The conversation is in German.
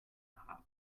haben